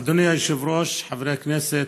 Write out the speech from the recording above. אדוני היושב-ראש, חברי הכנסת,